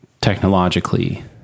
technologically